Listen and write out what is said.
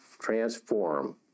transform